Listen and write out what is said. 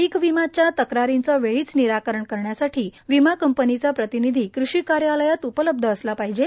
पीक विम्याच्या तक्रारींचे वेळीच निराकरण करण्यासाठी विमा कंपनीचा प्रतिनिधी कृषी कार्यालयात उपलब्ध असले पाहिजे